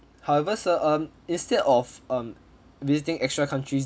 however sir um instead of um visiting extra countries